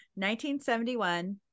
1971